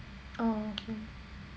oh okay